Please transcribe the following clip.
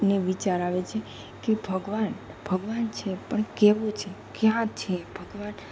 ને વિચાર આવે છેકે કે ભગવાન ભગવાન છે પણ કેવો છે ક્યાં છે ભગવાન